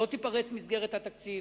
לא תיפרץ מסגרת התקציב,